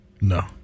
No